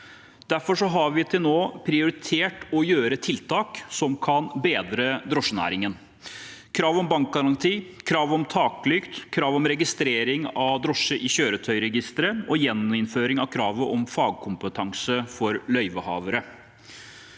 Derfor har vi til nå prioritert å gjøre tiltak som kan bedre drosjenæringen: krav om bankgaranti, krav om taklykt, krav om registrering av drosje i kjøretøyregisteret og gjeninnføring av kravet om fagkompetansekrav for løyvehavere.